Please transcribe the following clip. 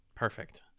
Perfect